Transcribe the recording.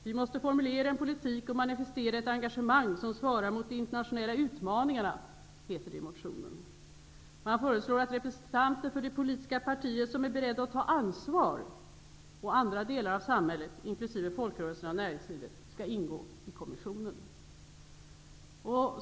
Vi måste formulera en politik och manifestera ett engagemang som svarar mot de internationella utmaningarna, heter det i motionen. Man föreslår att representanter för de politiska partier som är beredda att ta ansvar och även andra delar av samhället, inkl. folkrörelserna och näringslivet, skall ingå i kommissionen.